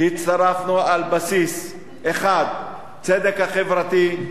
הצטרפנו על בסיס אחד: הצדק החברתי,